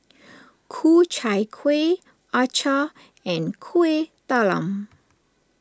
Ku Chai Kueh Acar and Kuih Talam